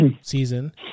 season